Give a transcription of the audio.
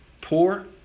poor